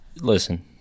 Listen